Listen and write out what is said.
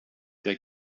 der